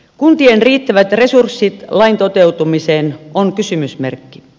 kuntien riittävät resurssit lain toteutumiseen ovat kysymysmerkki